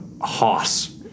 hoss